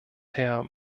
herr